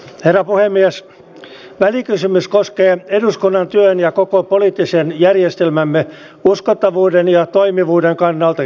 hänen itsestäänselvyys että poliisin palvelujen saatavuus heikkenee ja se vaikuttaa ihmisten turvallisuudentunteeseen ja se on väärin